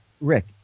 Rick